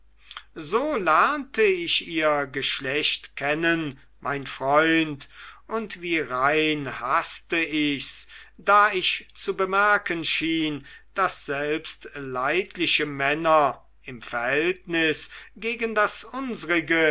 so lernte ich ihr geschlecht kennen mein freund und wie rein haßte ich's da ich zu bemerken schien daß selbst leidliche männer im verhältnis gegen das unsrige